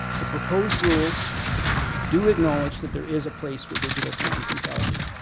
the proposed rules do acknowledge that there is a place for digital signs in calgary.